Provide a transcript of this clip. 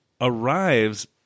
arrives